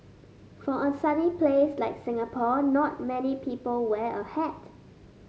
for a sunny place like Singapore not many people wear a hat